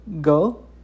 go